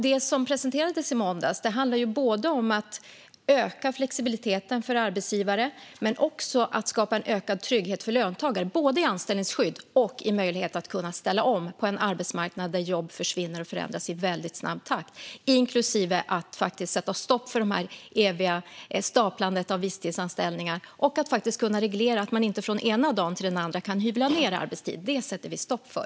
Det som presenterades i måndags handlar om att öka flexibiliteten för arbetsgivare men också om att skapa en ökad trygghet för löntagare, både i anställningsskydd och i möjlighet att kunna ställa om på en arbetsmarknad där jobb försvinner och förändras i väldigt snabb takt, inklusive att sätta stopp för det eviga staplandet av visstidsanställningar och att kunna reglera så att man inte från den ena dagen till den andra kan hyvla ned arbetstid. Det sätter vi stopp för.